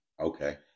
okay